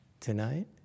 tonight